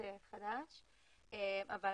הוא גם